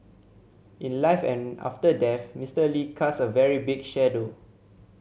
in life and after death Mister Lee casts a very big shadow